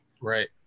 right